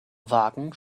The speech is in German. wagen